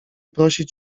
prosić